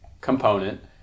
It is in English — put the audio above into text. component